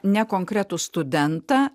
ne konkretų studentą